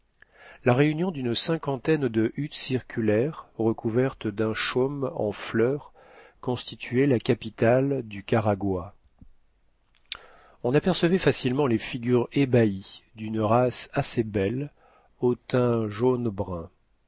la réunion d'une cinquantaine de huttes circulaires recouvertes d'un chaume en fleurs constituait la capitale du karagwah on apercevait facilement les figures ébahies d'une race assez belle au teint jaune brun